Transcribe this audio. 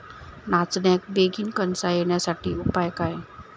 नाचण्याक बेगीन कणसा येण्यासाठी उपाय काय?